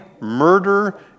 murder